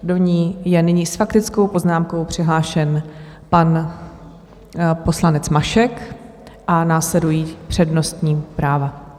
Do ní je nyní s faktickou poznámkou přihlášen pan poslanec Mašek a následují přednostní práva.